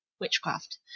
witchcraft